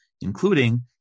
including